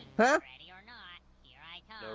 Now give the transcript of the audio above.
ready or not, here i